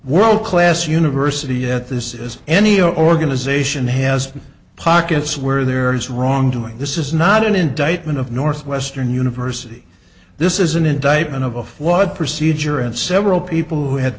world class university at this is any organization has pockets where there is wrongdoing this is not an indictment of northwestern university this is an indictment of a flawed procedure and several people who had